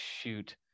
shoot